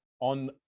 on